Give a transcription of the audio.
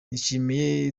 nishimiye